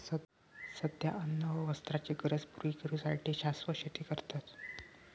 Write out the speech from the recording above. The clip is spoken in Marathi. सध्या अन्न वस्त्राचे गरज पुरी करू साठी शाश्वत शेती करतत